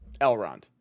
Elrond